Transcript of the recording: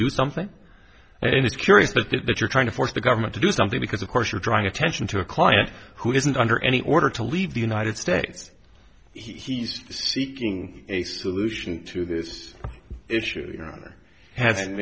do something and it's curious but it that you're trying to force the government to do something because of course you're drawing attention to a client who isn't under any order to leave the united states he's seeking a solution to this issue